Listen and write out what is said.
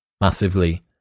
massively